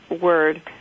word